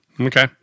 Okay